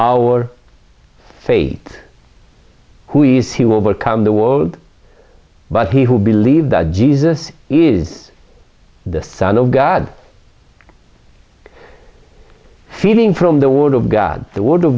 our fate who is who will become the world but he who believe that jesus is the son of god feeding from the word of god the w